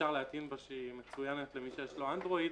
שאפשר להטעין בה שהיא מצוינת במקרה של האנדרואיד,